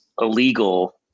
illegal